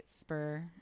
spur